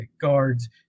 guards